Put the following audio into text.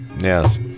Yes